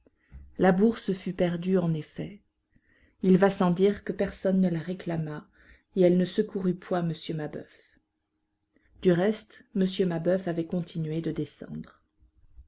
la bourse fut perdue en effet il va sans dire que personne ne la réclama et elle ne secourut point m mabeuf du reste m mabeuf avait continué de descendre